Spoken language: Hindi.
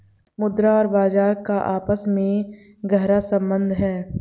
मुद्रा और बाजार का आपस में गहरा सम्बन्ध है